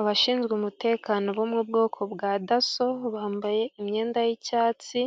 Abashinzwe umutekano bo mu bwoko bwa daso, bambaye imyenda y'icyatsi,